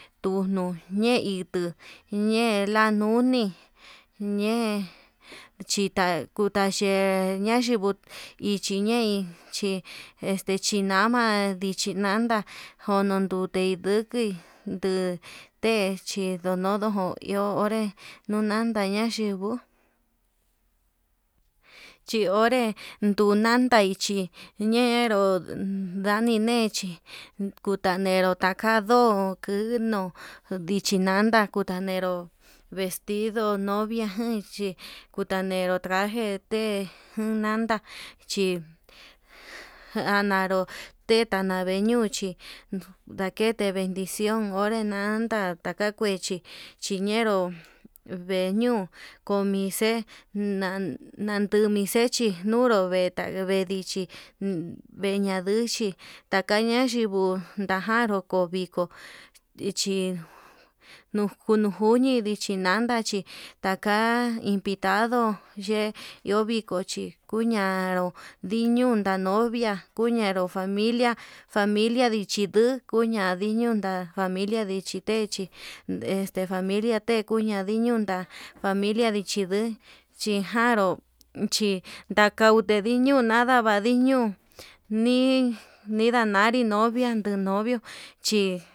Tunuu ñe'e ituu ñee nanuni ñe'e chita kuta yee, ñee ñayinguu ichi ñei chi este nama ndichi nanda njono ndute nduki nduu te chidonodojo iho onré nunanda ña'a xhinguo, chi onre nundanta hi chí ñnero ndani nechi kutanero taka ndó kunuu ndichi nada kutanero vestido novia chi jan kutanero traje te'e unanda chí janaro tetanu yeñuu chí, ndakete bendición onre nanda taka kuechi hiñeró vee ñuu koo mise nan nanteri xechi nunru vete ndichi veña nduuchi takaña yinguo, ndajaro ko viko chi diki nujuni dichinada chi taka invitado chee iho viko chi kuñanro, lindu la novia kuñenro familia familia ndichi luu kaña ndiñon nda'a familia ndichi techí, este familia dekundan de ñunda familia chinduu chijaru hidakuche ndiñuna ndava niñun ndii ndinadari novia ndi novio chi.